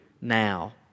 now